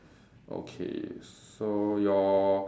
okay so your